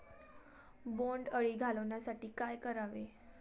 बोंडअळी घालवण्यासाठी काय करावे?